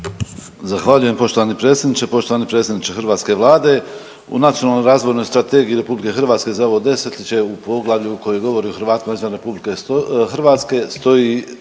Zahvaljujem poštovani predsjedniče. Poštovani predsjedniče hrvatske Vlade u Nacionalnoj razvojnoj strategiji Republike Hrvatske za ovo desetljeće u poglavlju koje govori o Hrvatima izvan Republike Hrvatske stoji